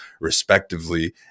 respectively